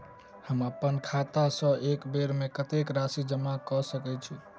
हम अप्पन खाता सँ एक बेर मे कत्तेक राशि जमा कऽ सकैत छी?